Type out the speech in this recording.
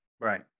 right